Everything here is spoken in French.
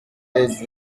les